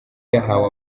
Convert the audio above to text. yahawe